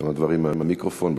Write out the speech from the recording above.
כמה דברים מהמיקרופון בצד,